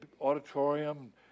auditorium